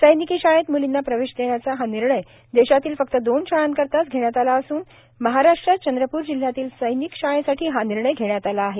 सैनिकी शाळेत म्लींना प्रवेश देण्याचा हा निर्णय देशातील फक्त दोन शाळांकरिताच घेण्यात आला असून महाराष्ट्रात चंद्रपूर जिल्हयातील सैनिक शाळेसाठी हा निर्णय घेण्यात आला आहे